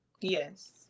Yes